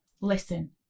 Listen